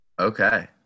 Okay